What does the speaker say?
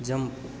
jump